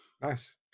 Nice